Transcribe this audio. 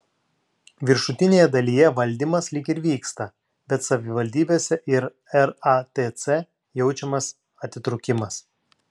viršutinėje dalyje valdymas lyg ir vyksta bet savivaldybėse ir ratc jaučiamas atitrūkimas